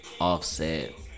Offset